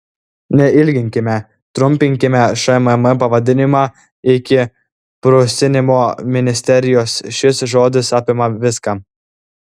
neilginkime trumpinkime šmm pavadinimą iki prusinimo ministerijos šis žodis apima viską